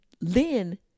lynn